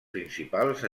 principals